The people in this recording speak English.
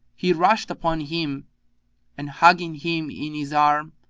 he rushed upon him and, hugging him in his arms,